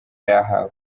yahawe